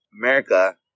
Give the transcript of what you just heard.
America